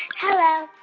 hello.